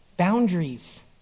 boundaries